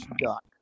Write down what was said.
duck